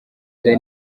nda